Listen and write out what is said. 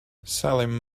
salim